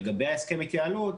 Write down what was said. לגבי הסכם ההתייעלות,